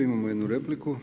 Imamo jednu repliku.